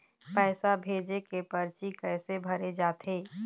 पैसा भेजे के परची कैसे भरे जाथे?